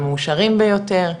המאושרים ביותר,